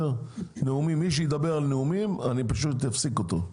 נאומים, מי שידבר בנאומים, אני פשוט אפסיק אותו.